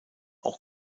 auch